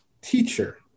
teacher